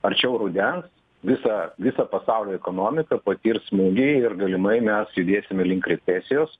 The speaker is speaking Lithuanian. arčiau rudens visa visa pasaulio ekonomika patirs smūgį ir galimai mes judėsime link recesijos